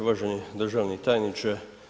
Uvaženi državni tajniče.